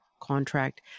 contract